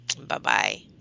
Bye-bye